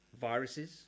viruses